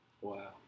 Wow